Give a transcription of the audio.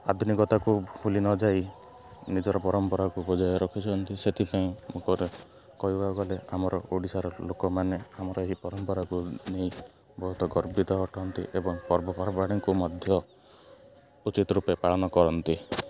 ଆଧୁନିକତାକୁ ଭୁଲି ନଯାଇ ନିଜର ପରମ୍ପରାକୁ ବଜାୟ ରଖିଛନ୍ତି ସେଥିପାଇଁ କହିବାକୁ ଗଲେ ଆମର ଓଡ଼ିଶାର ଲୋକମାନେ ଆମର ଏହି ପରମ୍ପରାକୁ ନେଇ ବହୁତ ଗର୍ବିତ ଅଟନ୍ତି ଏବଂ ପର୍ବପର୍ବାଣିକୁ ମଧ୍ୟ ଉଚିତ ରୂପେ ପାଳନ କରନ୍ତି